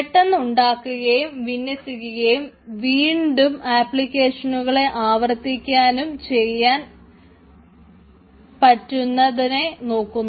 പെട്ടെന്ന് ഉണ്ടാക്കുകയും വിന്യസിക്കുകയും വീണ്ടും ആപ്ലിക്കേഷനുകളെ ആവർത്തിക്കാനും ചെയ്യാൻ പറ്റുന്നതിനെ നോക്കുന്നു